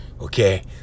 okay